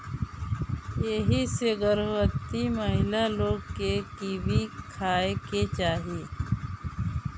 एही से गर्भवती महिला लोग के कीवी खाए के चाही